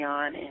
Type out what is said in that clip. on